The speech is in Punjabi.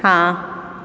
ਹਾਂ